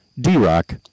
D-Rock